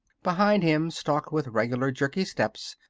behind him stalked with regular, jerky steps,